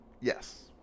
Yes